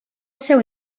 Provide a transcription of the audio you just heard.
seu